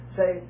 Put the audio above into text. say